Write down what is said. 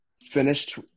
finished